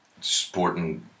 sporting